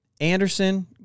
Anderson